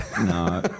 No